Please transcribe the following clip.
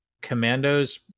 commandos